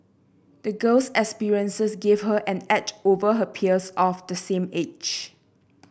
the girl's experiences gave her an edge over her peers of the same age